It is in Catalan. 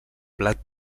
blat